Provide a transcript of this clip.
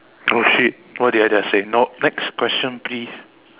oh shit what did I just say nope next question please